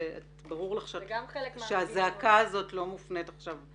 ברור לך שהזעקה הזאת לא מופנית עכשיו.